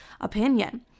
opinion